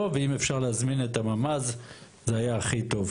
ואם אפשר להזמין את הממ"ז זה היה הכי טוב,